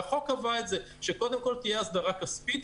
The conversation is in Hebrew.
והחוק קבע את זה שקודם כל תהיה הסדרה כספית,